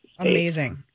Amazing